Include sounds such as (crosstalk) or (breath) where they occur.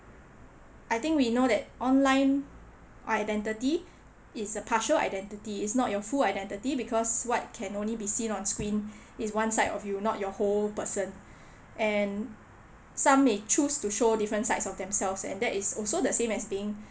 I think we know that online identity (breath) is a partial identity is not your full identity because what can only be seen on screen (breath) is one side of you not your whole person (breath) and some may choose to show different sides of themselves and that is also the same as being (breath)